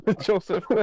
Joseph